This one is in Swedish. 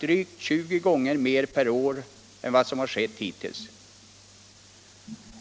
drygt 20 gånger mer per år än vad som har skett hittills.